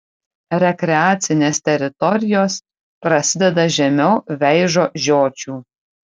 rekreacinės teritorijos prasideda žemiau veižo žiočių